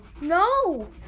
No